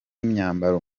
imyambaro